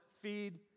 feed